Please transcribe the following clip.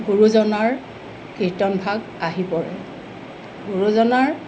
গৰুজনাৰ কীৰ্তনভাগ আহি পৰে গুৰুজনাৰ